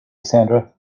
sandra